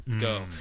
Go